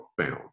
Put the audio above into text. found